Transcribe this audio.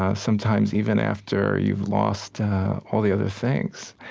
ah sometimes even after you've lost all the other things.